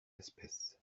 espèces